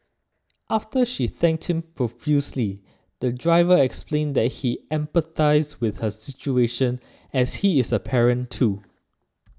after she thanked him profusely the driver explained that he empathised with her situation as he is a parent too